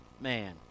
man